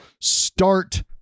start